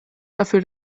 dafür